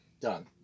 done